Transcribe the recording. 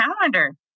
calendar